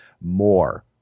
More